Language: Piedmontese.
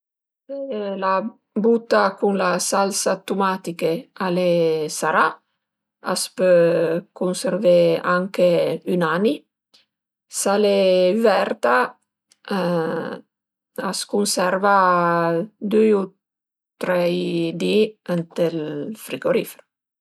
Së la buta cun la salsa 'd tumatiche al e sarà a së pö cunservé anche ün ani, s'al e üverta a s'cunserva düi u trei di ënt ël frigorifero